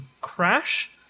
crash